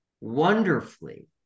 wonderfully